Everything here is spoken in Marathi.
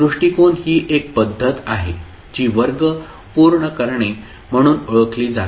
दृष्टीकोन ही एक पद्धत आहे जी वर्ग पूर्ण करणे म्हणून ओळखली जाते